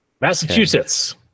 Massachusetts